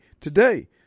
today